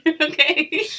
okay